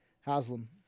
Haslam